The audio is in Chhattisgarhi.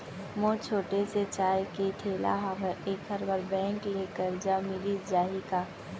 मोर छोटे से चाय ठेला हावे एखर बर बैंक ले करजा मिलिस जाही का?